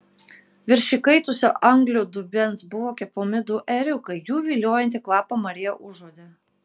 virš įkaitusio anglių dubens buvo kepami du ėriukai jų viliojantį kvapą marija užuodė